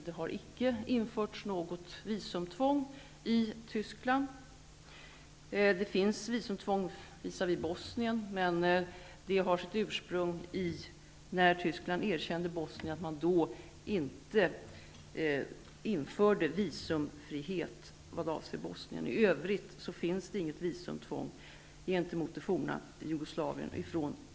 Det har icke införts något visumtvång i Tyskland. Det finns ett visumtvång visavi Bosnien, men det har sitt ursprung i att Tyskland vid erkännandet av Bosnien inte införde någon visumfrihet. I övrigt finns det inget visumtvång gentemot det forna Jugoslavien.